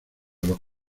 los